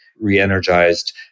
re-energized